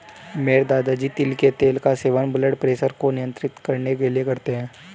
मेरे दादाजी तिल के तेल का सेवन ब्लड प्रेशर को नियंत्रित करने के लिए करते हैं